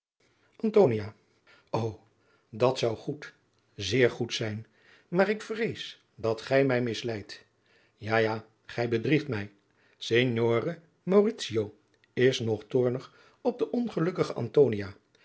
ô dat zou goed zeer goed zijn maar ik vrees dat gij mij misleidt ja ja gij bedriegt mij signore mauritio is nog toornig op de ongelukkige